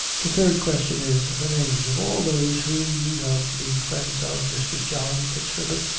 the third question is, the names of all those whom you know to be friends of mr. john fitzherbert,